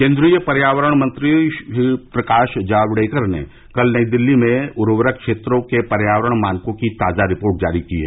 केंद्रीय पर्यावरण मंत्री प्रकाश जावड़ेकर ने कल नई दिल्ली में उर्वरक क्षेत्रों के पर्यावरण मानकों की ताजा रिपोर्ट जारी की है